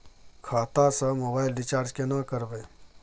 खाता स mobile recharge केना करबे?